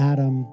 Adam